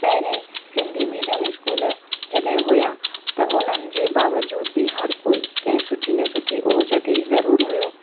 पहिरें Sindhi medium school जॾहिं हुआ त उन्हनि जे बावजूद बि हर कोई कंहिं सुठी न सुठी औज ते ज़रूर हुओ